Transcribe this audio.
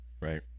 Right